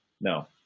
no